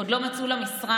עוד לא מצאו לה משרד,